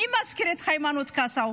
מי מזכיר את היימנוט קסאו?